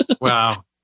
Wow